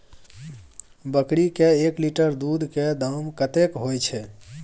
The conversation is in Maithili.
बकरी के एक लीटर दूध के दाम कतेक होय छै?